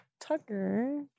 Tucker